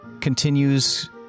continues